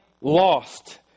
lost